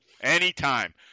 Anytime